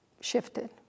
shifted